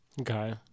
Okay